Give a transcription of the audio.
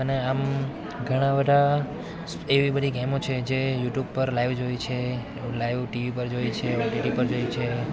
અને આમ ઘણાં બધા એવી બધી ગેમો છે જે યુટ્યુબ પર લાઈવ જોઈ છે લાઈવ ટીવી પર જોઈ છે ઓટીટી પર જોઈ છે